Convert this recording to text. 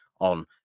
on